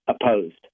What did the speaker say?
opposed